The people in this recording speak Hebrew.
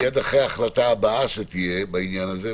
מיד אחרי ההחלטה שתהיה בעניין הזה.